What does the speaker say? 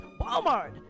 Walmart